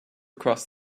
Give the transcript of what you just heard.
cross